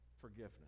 forgiveness